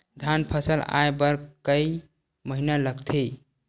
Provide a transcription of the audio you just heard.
धान फसल आय बर कय महिना लगथे?